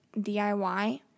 DIY